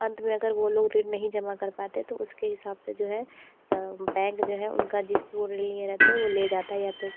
अंत अगर वो लोग ऋण नहीं जमा कर पाते तो उसके हिसाब से जो है बैंक जो है उनका जिसपे वो ऋण लिए रहते वो ले जाता है या तो